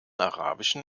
arabischen